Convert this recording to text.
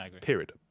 Period